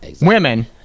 women